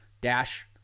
dash